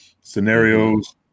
Scenarios